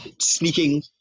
sneaking